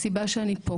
הסיבה שאני פה